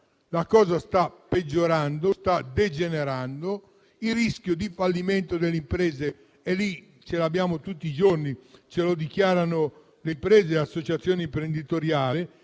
La cosa sta peggiorando, sta degenerando. Il rischio di fallimento delle imprese è reale, lo dichiarano le imprese e le associazioni imprenditoriali,